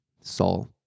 Saul